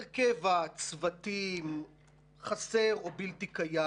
הרכב הצוותים חסר או בלתי קיים,